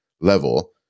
level